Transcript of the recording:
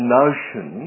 notion